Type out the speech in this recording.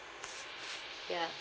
ya